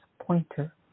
Pointer